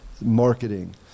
marketing